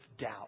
doubt